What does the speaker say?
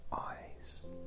eyes